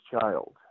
child